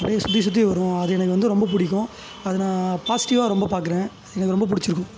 அப்படியே சுற்றி சுற்றி வரும் அது எனக்கு வந்து ரொம்ப பிடிக்கும் அது நான் பாசிட்டிவாக ரொம்ப பார்க்கறேன் எனக்கு ரொம்ப பிடிச்சிருக்கு